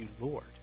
Lord